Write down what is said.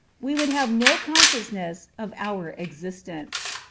we would have no consciousness of our existence.